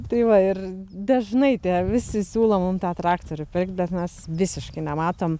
tai va ir dažnai tie visi siūlo mum tą traktorių pirkt bet mes visiškai nematom